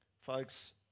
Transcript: Folks